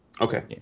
okay